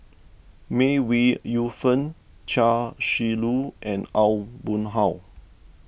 May Ooi Yu Fen Chia Shi Lu and Aw Boon Haw